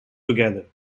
together